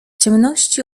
ciemności